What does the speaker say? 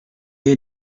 you